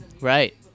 Right